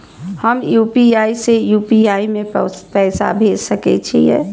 हम यू.पी.आई से यू.पी.आई में पैसा भेज सके छिये?